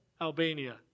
Albania